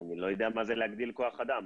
אני לא יודע מה זה להגדיל כוח אדם,